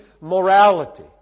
morality